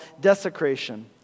desecration